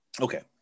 Okay